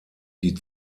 die